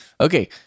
Okay